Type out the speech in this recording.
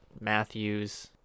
Matthews